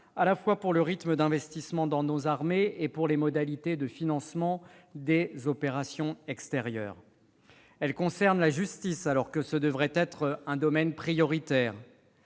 à la fois pour le rythme d'investissement dans nos armées et pour les modalités de financement des opérations extérieures. Elles concernent la justice, alors que ce devrait être un domaine prioritaire.